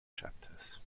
chapters